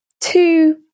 Two